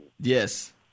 Yes